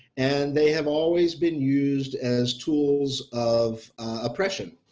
and they have always been used as tools of oppression,